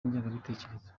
n’ingengabitekerezo